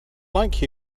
like